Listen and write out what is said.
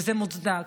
וזה מוצדק,